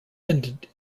ended